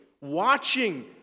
Watching